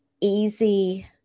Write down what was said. easy